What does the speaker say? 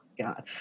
God